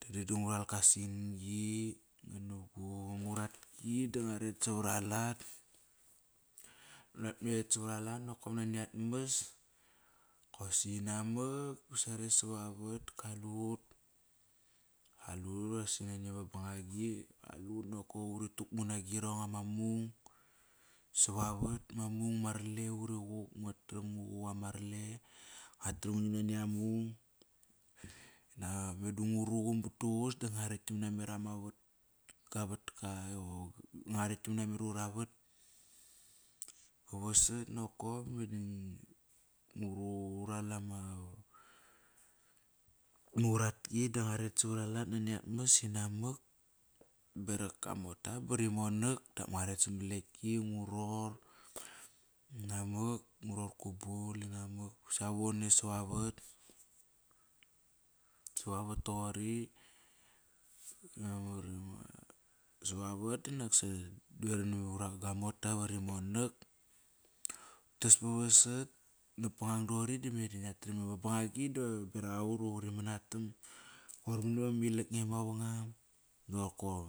Dangdang da ngural gua sin-gi nga na gu uratki da ngua ret savar alat nakop nani at mes kosi namak ba sare sa vavat. Kaliut, kaliut vasaqi nani ama bangagi. Qalut uri tukmu nagirong, ama mung savavat, ma mung ma rale uri quk Nguat tram ngu quk ama rale, ngua tram ngu nam nani amung. Meda nguruqum ba duququs da ngua rakt giam namet ama vatka. Ngua rakt giam namet ura vat, vasat nokop. Ngu ral ama uratki da ngua ret savar alat nani atmas inamak berak gua mota bari monak dap ngua ret samat lekti ngu ror. Ngu ror gu bul inamak ba sa vone savavat. Savavat toqori Savavat di naksa devaram na gua mota va rimonak, utas ba vasat, Napa ngang doqori dime da ngia tram ama bangagi da berak aut ivuri manatam. Qoir mani vama ilak nge mavangam nakop